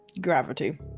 Gravity